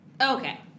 Okay